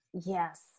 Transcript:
Yes